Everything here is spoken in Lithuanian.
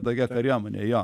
tokia kariuomenė jo